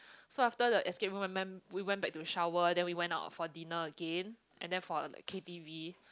so after the escape room we went we went back to shower then we went out for dinner again and then for a K_T_V